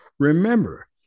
Remember